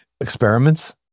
experiments